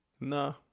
No